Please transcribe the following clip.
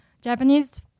Japanese